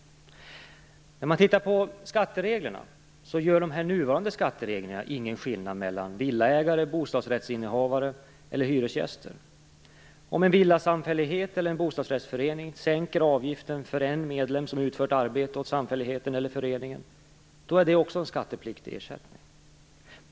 De nuvarande skattereglerna gör ingen skillnad mellan villaägare, bostadsrättsinnehavare eller hyresgäster. Om en villasamfällighet eller en bostadsrättsförening sänker avgiften för en medlem som har utfört ett arbete åt samfälligheten eller föreningen är det också en skattepliktig ersättning.